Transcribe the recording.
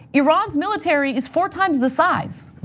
iran's military is four times the size.